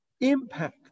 impact